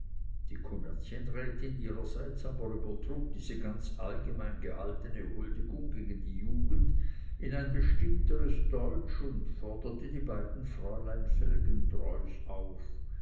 die kommerzienrätin ihrerseits aber übertrug diese ganz allgemein gehaltene huldigung gegen die jugend in ein bestimmteres deutsch und forderte die beiden fräulein felgentreus auf